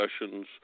discussions